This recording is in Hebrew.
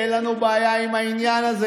אין לנו בעיה עם העניין הזה.